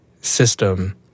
system